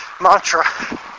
mantra